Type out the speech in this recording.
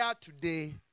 today